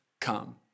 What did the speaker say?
come